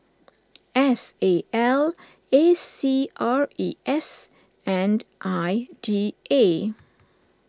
S A L A C R E S and I D A